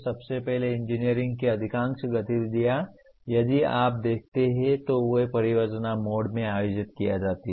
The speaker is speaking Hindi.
सबसे पहले इंजीनियरिंग की अधिकांश गतिविधियाँ यदि आप देखते हैं तो वे एक परियोजना मोड में आयोजित की जाती हैं